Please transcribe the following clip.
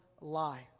lie